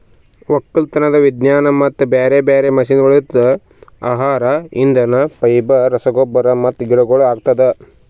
ಒಕ್ಕಲತನದ್ ವಿಜ್ಞಾನ ಮತ್ತ ಬ್ಯಾರೆ ಬ್ಯಾರೆ ಮಷೀನಗೊಳ್ಲಿಂತ್ ಆಹಾರ, ಇಂಧನ, ಫೈಬರ್, ರಸಗೊಬ್ಬರ ಮತ್ತ ಗಿಡಗೊಳ್ ಆಗ್ತದ